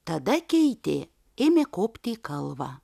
tada keitė ėmė kopti į kalvą